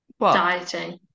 Dieting